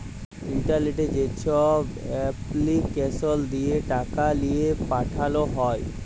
ইলটারলেটে যেছব এপলিকেসল দিঁয়ে টাকা লিঁয়ে পাঠাল হ্যয়